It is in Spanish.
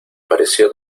pareció